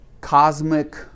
cosmic